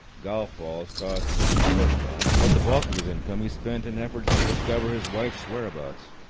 golf-balls cost him a certain amount, but the bulk of his income he spent in efforts to discover his wife's whereabouts.